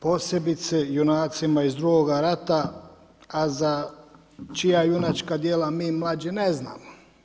Posebice junacima iz drugoga rata, a za čija junačka djela mi mlađi ne znamo.